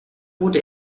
wurde